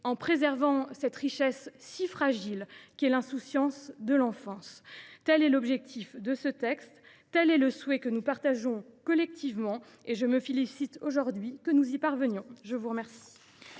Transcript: et préserver cette richesse si fragile qu’est l’insouciance de l’enfance. Tel est l’objectif de ce texte ; tel est le souhait que nous partageons collectivement. Je me félicite aujourd’hui que nous y parvenions. La parole